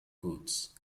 goods